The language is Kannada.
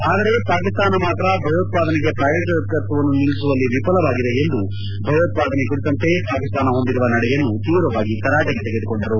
ಆದರೆ ಪಾಕಿಸ್ತಾನ ಮಾತ್ರ ಭಯೋತ್ಸಾದನೆಗೆ ಪ್ರಾಯೋಜಕತ್ತವನ್ನು ನಿಲ್ಲಿಸುವಲ್ಲಿ ವಿಫಲವಾಗಿದೆ ಎಂದು ಭಯೋತ್ವಾದನೆ ಕುರಿತಂತೆ ಪಾಕಿಸ್ತಾನದ ಹೊಂದಿರುವ ನಡೆಯನ್ನು ತೀವ್ರವಾಗಿ ತರಾಟೆಗೆ ತೆಗೆದುಕೊಂಡರು